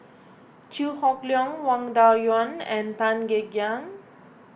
Chew Hock Leong Wang Dayuan and Tan Kek Hiang